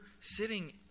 sitting